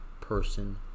person